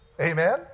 Amen